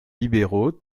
libéraux